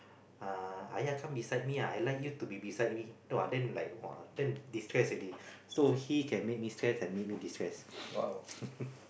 uh !aiya! come beside me ah I like you to be beside me no ah then like !wah! then distress already so he can make me stress and make me distress